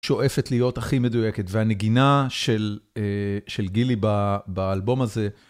שואפת להיות הכי מדויקת, והנגינה של גילי באלבום הזה...